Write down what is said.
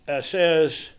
says